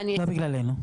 לא בגללנו,